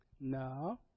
No